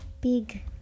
big